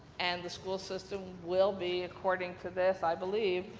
and, the school system will be according to this, i believe,